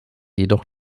jedoch